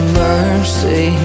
mercy